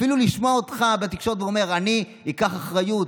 אפילו לשמוע אותך בתקשורת אומר: אני אקח אחריות,